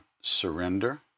surrender